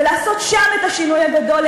ולעשות שם את השינוי הגדול,